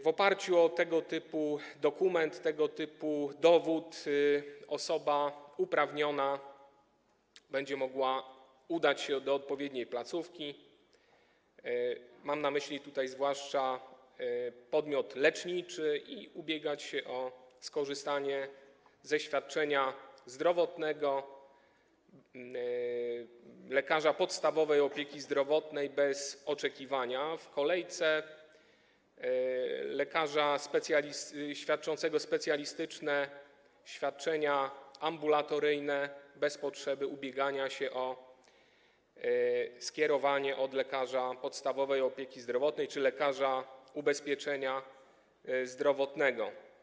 W oparciu o tego typu dokument, tego typu dowód osoba uprawniona będzie mogła udać się do odpowiedniej placówki - mam na myśli tutaj zwłaszcza podmiot leczniczy - i ubiegać się o skorzystanie ze świadczenia zdrowotnego lekarza podstawowej opieki zdrowotnej bez oczekiwania w kolejce, lekarza świadczącego specjalistyczne świadczenia ambulatoryjne bez potrzeby ubiegania się o skierowanie od lekarza podstawowej opieki zdrowotnej czy lekarza ubezpieczenia zdrowotnego.